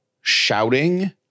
shouting